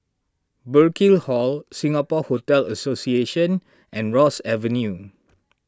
Burkill Hall Singapore Hotel Association and Ross Avenue